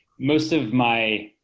most of my